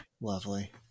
lovely